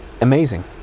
amazing